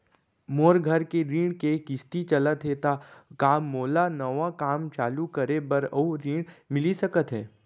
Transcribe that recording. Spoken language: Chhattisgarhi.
मोर घर के ऋण के किसती चलत हे ता का मोला नवा काम चालू करे बर अऊ ऋण मिलिस सकत हे?